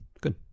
Good